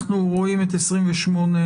אנחנו רואים את 28א(א),